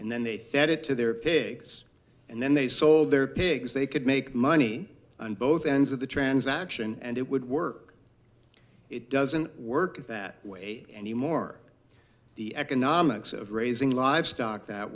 and then they fed it to their pigs and then they sold their pigs they could make money on both ends of the transaction and it would work it doesn't work that way anymore the economics of raising livestock that